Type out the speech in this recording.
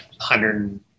hundred